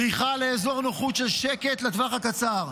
בריחה לאזור נוחות של שקט לטווח הקצר.